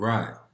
Right